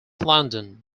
london